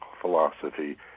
philosophy